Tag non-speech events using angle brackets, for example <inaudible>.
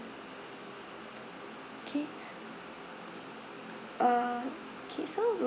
okay <breath> uh okay so